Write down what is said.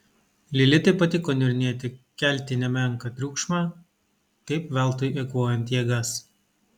lilitai patiko niurnėti kelti nemenką triukšmą taip veltui eikvojant jėgas